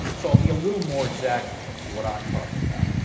so i'll be a little more exact in terms of what i'm talking about.